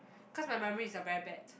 cause my memory is a very bad